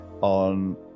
on